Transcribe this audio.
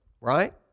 right